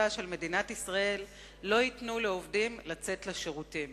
של מדינת ישראל לא ייתנו לעובדים לצאת לשירותים.